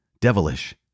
devilish